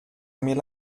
mil